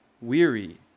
Weary